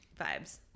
vibes